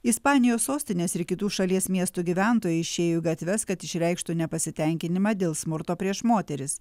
ispanijos sostinės ir kitų šalies miestų gyventojai išėjo į gatves kad išreikštų nepasitenkinimą dėl smurto prieš moteris